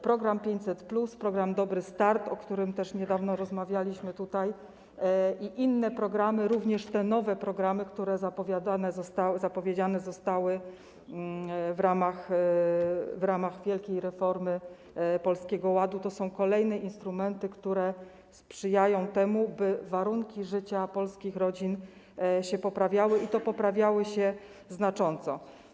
Program 500+, program „Dobry start”, o którym też niedawno tutaj rozmawialiśmy, i inne programy, również te nowe programy, które zapowiedziane zostały w ramach wielkiej reformy Polskiego Ładu, to są kolejne instrumenty, które sprzyjają temu, by warunki życia polskich rodzin się poprawiały, i to poprawiały się znacząco.